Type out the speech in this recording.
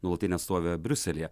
nuolatinę atstovę briuselyje